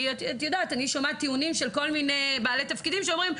אני שומעת טיעונים של כל מיני בעלי תפקידים שאומרים: